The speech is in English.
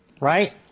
right